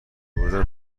روزم